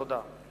תודה.